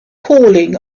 cooling